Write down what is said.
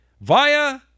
via